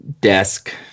desk